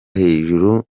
hejuru